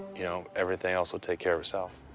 you know everything else will take care of itself.